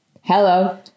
Hello